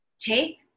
Take